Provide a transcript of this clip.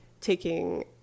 taking